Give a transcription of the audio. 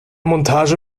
montage